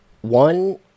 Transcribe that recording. One